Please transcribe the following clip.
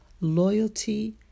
loyalty